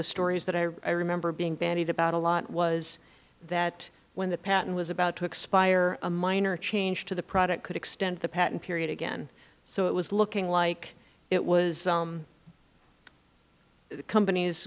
the stories that i remember being bandied about a lot was that when the patent was about to expire a minor change to the product could extend the patent period again so it was looking like it was companies